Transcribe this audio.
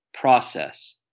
process